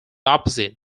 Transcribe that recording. opposite